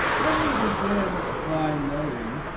let me begin by noting.